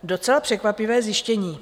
Docela překvapivé zjištění.